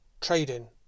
Trading